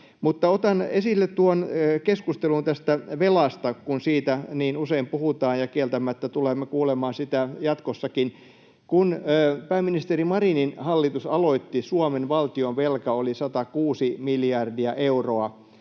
otan esille tuon keskustelun tästä velasta, kun siitä niin usein puhutaan ja kieltämättä tulemme kuulemaan siitä jatkossakin. Kun pääministeri Marinin hallitus aloitti, Suomen valtionvelka oli 106 miljardia euroa